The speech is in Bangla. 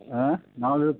হ্যাঁ না হলে